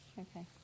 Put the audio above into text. Okay